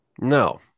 No